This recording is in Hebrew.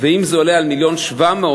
ואם זה עולה על מיליון ו-700,000,